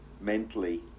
mentally